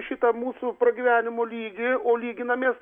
šitą mūsų pragyvenimo lygį o lyginamės